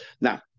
Now